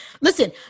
Listen